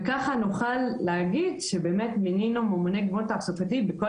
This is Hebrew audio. וככה נוכל להגיד שבאמת מינינו ממוני גיוון תעסוקתי בכל